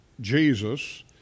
Jesus